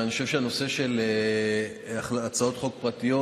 ואני חושב שהנושא של הצעות חוק פרטיות,